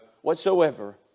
whatsoever